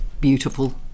beautiful